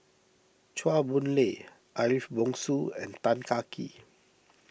Chua Boon Lay Ariff Bongso and Tan Kah Kee